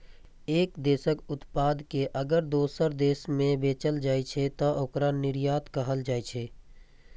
एक देशक उत्पाद कें अगर दोसर देश मे बेचल जाइ छै, तं ओकरा निर्यात कहल जाइ छै